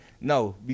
no